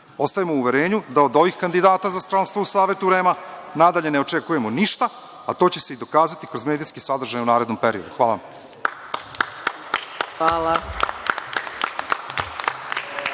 Ostanimo u uverenju da od ovih kandidata za članstvo u Savetu REM-a nadalje ne očekujemo ništa, a to će se i dokazati kroz medijske sadržaje u narednom periodu. Hvala.